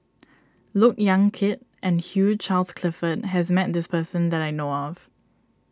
Look Yan Kit and Hugh Charles Clifford has met this person that I know of